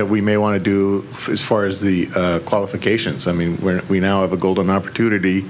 that we may want to do as far as the qualifications i mean where we now have a golden opportunity